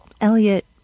Elliot